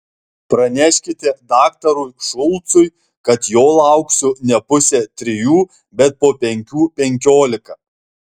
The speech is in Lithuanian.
praneškite daktarui šulcui kad jo lauksiu ne pusę trijų bet po penkių penkiolika